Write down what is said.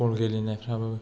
बल गेलेनायफ्राबो